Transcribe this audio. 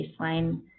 baseline